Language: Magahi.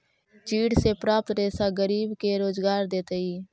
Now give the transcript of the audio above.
चीड़ से प्राप्त रेशा गरीब के रोजगार देतइ